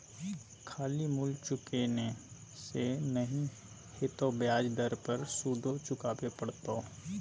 खाली मूल चुकेने से नहि हेतौ ब्याज दर पर सुदो चुकाबे पड़तौ